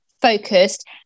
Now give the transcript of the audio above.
focused